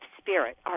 spirit